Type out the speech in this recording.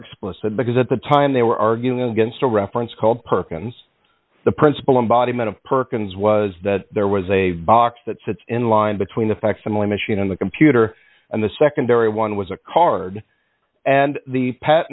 explicit because at the time they were arguing against a reference called perkins the principal embodiment of perkins was that there was a box that sits in line between the facsimile machine on the computer and the secondary one was a card and the p